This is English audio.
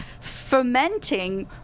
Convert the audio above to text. fermenting